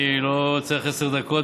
אני לא צריך עשר דקות,